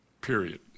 Period